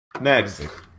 Next